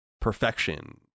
perfection